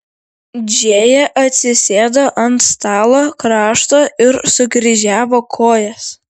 džėja atsisėdo ant stalo krašto ir sukryžiavo kojas